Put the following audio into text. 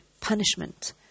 punishment